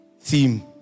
theme